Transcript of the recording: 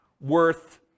worth